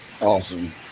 awesome